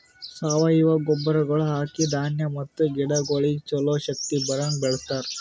ಸಾವಯವ ಗೊಬ್ಬರಗೊಳ್ ಹಾಕಿ ಧಾನ್ಯ ಮತ್ತ ಗಿಡಗೊಳಿಗ್ ಛಲೋ ಶಕ್ತಿ ಬರಂಗ್ ಬೆಳಿಸ್ತಾರ್